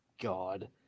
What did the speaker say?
God